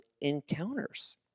encounters